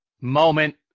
moment